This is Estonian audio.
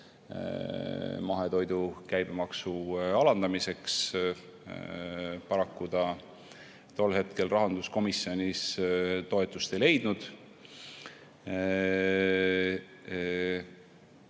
mahetoidu käibemaksu alandamiseks. Paraku see tol hetkel rahanduskomisjonis toetust ei leidnud.